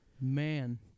Man